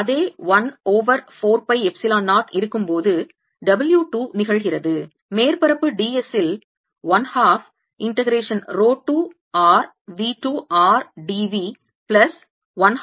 அதே 1 over 4 pi epsilon 0 இருக்கும்போது W 2 நிகழ்கிறது மேற்பரப்பு d s ல் 1 half integration rho 2 r V 2 r d v plus 1 half sigma 2 r V 2